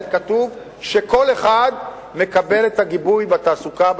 כתוב שכל אחד מקבל את הגיבוי בתעסוקה,